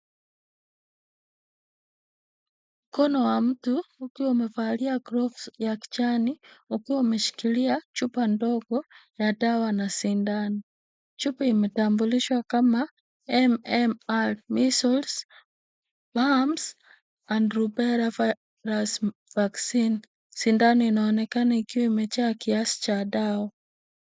Mkono wa mtu ukiwa umevalia gloves ya kijani, ukiwa umeshikilia chupa ndogo ya dawa na sindano. Chupa imetambulishwa kama MMR Measles, Mumps and Rubella Virus Vaccine . Sindano inaonekana kiwa imejaa kiasi cha dawa.